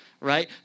right